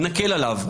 נקל עליו.